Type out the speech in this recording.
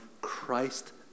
Christ